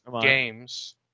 games